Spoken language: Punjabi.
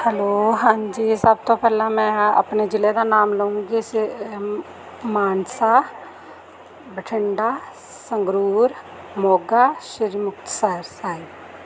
ਹੈਲੋ ਹਾਂਜੀ ਸਭ ਤੋਂ ਪਹਿਲਾਂ ਮੈਂ ਆਪਣੇ ਜ਼ਿਲ੍ਹੇ ਦਾ ਨਾਮ ਲਉਂਗੀ ਮਾਨਸਾ ਬਠਿੰਡਾ ਸੰਗਰੂਰ ਮੋਗਾ ਸ਼੍ਰੀ ਮੁਕਤਸਰ ਸਾਹਿਬ